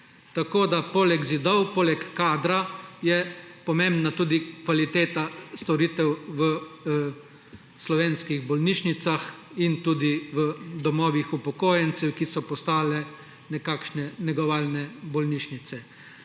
Tako da je poleg zidov, poleg kadra pomembna tudi kvaliteta storitev v slovenskih bolnišnicah in tudi v domovih upokojencev, ki so postali nekakšne negovalne bolnišnice.